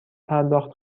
پرداخت